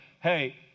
hey